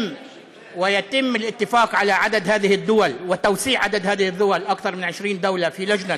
ואשר על מספר המדינות האלה והרחבת מספר המדינות האלה ליותר